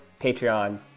Patreon